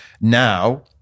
now